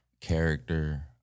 character